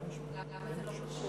למה זה לא קשור?